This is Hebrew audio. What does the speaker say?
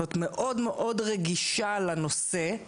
ומאוד רגישה לנושא,